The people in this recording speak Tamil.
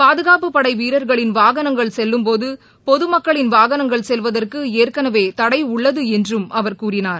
பாதுகாப்பு படை வீரர்களின் வாகனங்கள் செல்லும் போது பொதுமக்களின் வாகனங்கள் செல்வதற்கு ஏற்கனவே தடை உள்ளது என்றும் அவர் கூறினார்